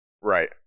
Right